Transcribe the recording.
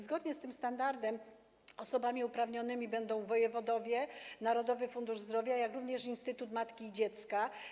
Zgodnie z tym standardem osobami uprawnionymi będą wojewodowie, Narodowy Fundusz Zdrowia, jak również Instytut Matki i Dziecka.